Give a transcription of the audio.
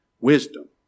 Wisdom